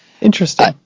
Interesting